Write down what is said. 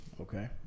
okay